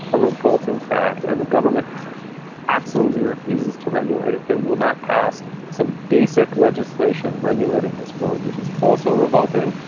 a revolting fact. and the government absolutely refuses to regulate it. they will not pass some basic legislation regulating this world, which is also revolting.